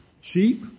Sheep